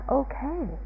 okay